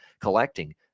collecting